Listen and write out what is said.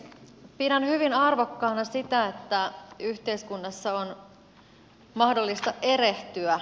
pidän hyvin arvokkaana sitä että yhteiskunnassa on mahdollista erehtyä